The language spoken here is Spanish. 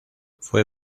fue